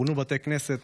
פונו בתי כנסת,